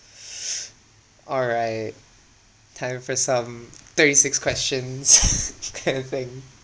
all right time for some thirty six questions kind of thing